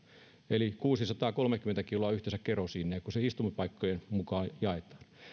eli yhteensä kuusisataakolmekymmentä kiloa kerosiinia kun se istumapaikkojen mukaan jaetaan